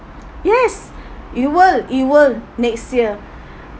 yes you will you will next year